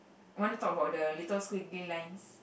want to talk about the little squiggly lines